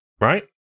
right